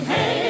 Hey